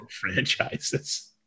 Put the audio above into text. Franchises